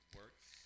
works